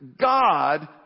God